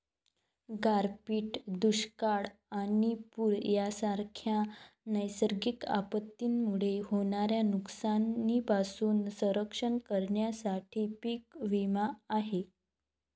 गारपीट, दुष्काळ आणि पूर यांसारख्या नैसर्गिक आपत्तींमुळे होणाऱ्या नुकसानीपासून संरक्षण करण्यासाठी पीक विमा आहे